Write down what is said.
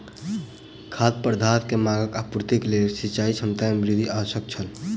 खाद्य पदार्थ के मांगक आपूर्तिक लेल सिचाई क्षमता में वृद्धि आवश्यक छल